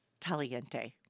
Taliente